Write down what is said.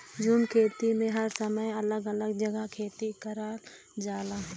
झूम खेती में हर समय अलग अलग जगह खेती करल जाला